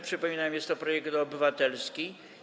Przypominam: jest to projekt obywatelski.